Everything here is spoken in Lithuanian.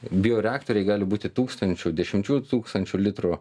bioreaktoriai gali būti tūkstančių dešimčių tūkstančių litrų